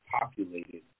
Populated